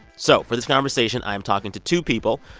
so for this conversation, i'm talking to two people.